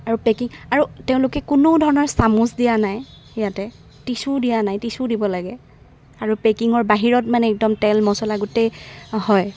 আৰু পেকিং আৰু তেওঁলোকে কোনো ধৰণৰ চামুচ দিয়া নাই ইয়াতে টিচু দিয়া নাই টিচু দিব লাগে আৰু পেকিঙৰ বাহিৰত মানে একদম তেল মচলা গোটেই হয়